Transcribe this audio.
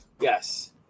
Yes